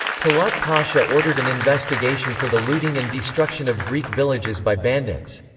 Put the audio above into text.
talat pasha ordered an investigation for the looting and destruction of greek villages by bandits.